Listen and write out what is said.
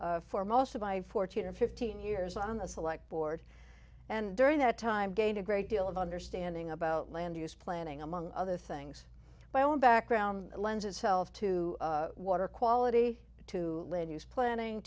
astin for most of my fourteen and fifteen years on the select board and during that time gained a great deal of understanding about land use planning among other things by own background lends itself to water quality to ladies planning